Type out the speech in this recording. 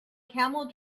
camel